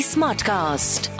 Smartcast